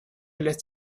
lässt